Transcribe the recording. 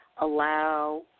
allow